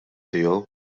tiegħu